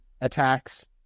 attacks